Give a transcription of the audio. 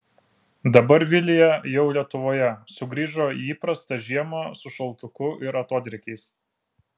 dabar vilija jau lietuvoje sugrįžo į įprastą žiemą su šaltuku ir atodrėkiais